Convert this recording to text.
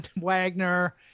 Wagner